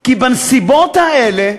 כי בנסיבות האלה,